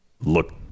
look